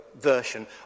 version